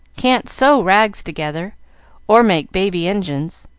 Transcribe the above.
can't sew rags together or make baby engines,